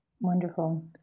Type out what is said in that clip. Wonderful